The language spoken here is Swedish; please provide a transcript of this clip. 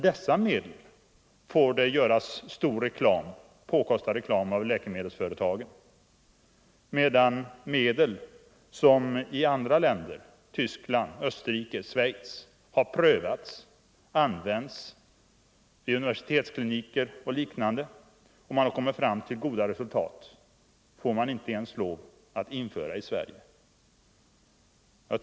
Sådana medel får det göras stor och påkostad reklam för av läkemedelsföretagen, under det att medel som i andra länder, Tyskland, Österrike och Schweiz har prövats och använts vid universitetskliniker och liknande, där man kommer fram till goda resultat, inte ens får införas i Sverige.